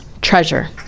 treasure